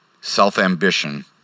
Self-ambition